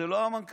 זה לא המנכ"ל,